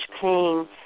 pain